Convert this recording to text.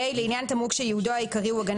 (ה) לעניין תמרוק שייעודו העיקרי הוא הגנה